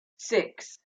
six